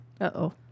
Uh-oh